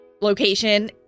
location